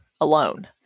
alone